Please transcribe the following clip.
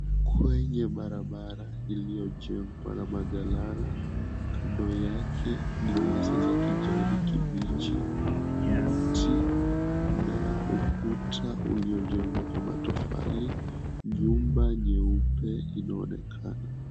Kwenye barabara iliyojengwa na magalana kando yake ni nyasi za kijani kibichi, mti na ukuta uliojengwa kwa matofali. Nyumba nyeupe inaonakana.